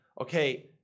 okay